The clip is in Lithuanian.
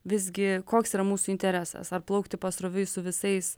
visgi koks yra mūsų interesas ar plaukti pasroviui su visais